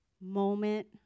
moment